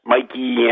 Mikey